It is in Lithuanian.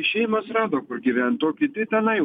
šeimos rado kur gyvent o kiti tenai